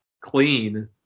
clean